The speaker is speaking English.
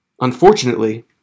Unfortunately